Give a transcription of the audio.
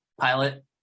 pilot